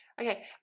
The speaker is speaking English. Okay